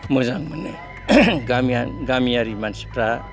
मोजां मोनो गामियारि मानसिफ्रा